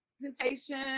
Presentation